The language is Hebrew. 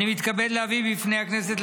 אני מתכבד להביא בפני הכנסת,